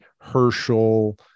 Herschel